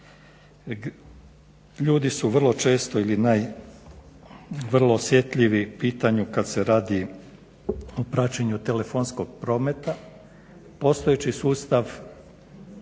Ljudi su vrlo često ili naj, vrlo osjetljivi pitanju kad se radi o praćenju telefonskog prometa.